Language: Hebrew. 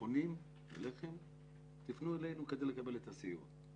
פונים אליכם ומבקשים שתפנו אלינו כדי לקבל את הסיוע.